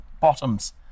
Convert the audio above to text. bottoms